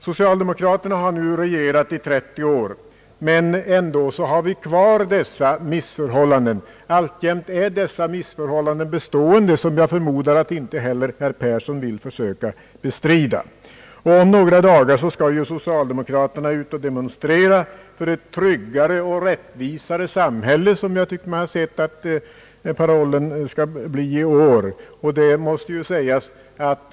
Socialdemokraterna har nu regerat i över 30 år men alltjämt är de missförhållanden bestående, som jag förmodar att inte heller herr Persson vill försöka bestrida. Om några dagar skall ju socialdemokraterna ut och demonstrera för ett tryggare och rättvisare samhälle — som jag tycker mig ha sett att parollen skall bli i år.